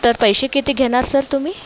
तर पैसे किती घेणार सर तुम्ही